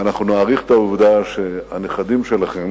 ואנחנו נעריך את העובדה שהנכדים שלכם